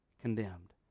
condemned